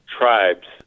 tribes